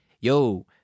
Yo